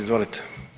Izvolite.